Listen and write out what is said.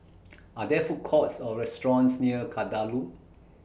Are There Food Courts Or restaurants near Kadaloor